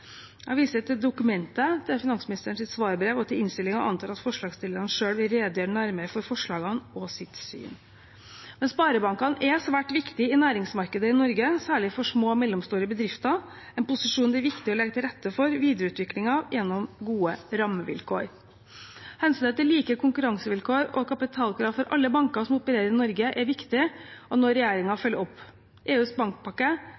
Jeg viser til dokumentet, til finansministerens svarbrev og til innstillingen, og antar at forslagsstillerne selv vil redegjøre nærmere for forslagene og sitt syn. Men sparebankene er svært viktige i næringsmarkedet i Norge, særlig for små og mellomstore bedrifter, en posisjon det er viktig å legge til rette for videreutvikling av, gjennom gode rammevilkår. Hensynet til like konkurransevilkår og kapitalkrav for alle banker som opererer i Norge, er viktig, og nå vil regjeringen følge opp. EUs bankpakke,